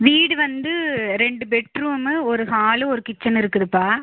வீடு வந்து ரெண்டு பெட்ரூமு ஒரு ஹாலு ஒரு கிச்சனு இருக்குதுப்பா